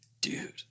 dude